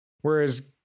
Whereas